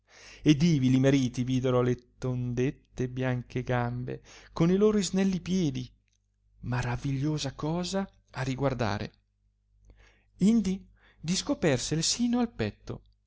ed ivi li mariti videro le tondette e bianche gambe con i loro isnelli piedi maravigliosa cosa a riguardare indi discopersele sino al petto